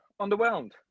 underwhelmed